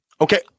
Okay